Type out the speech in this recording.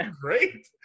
great